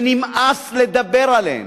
ונמאס לדבר עליהן.